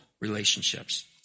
relationships